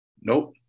Nope